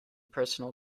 personal